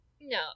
No